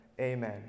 amen